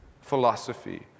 philosophy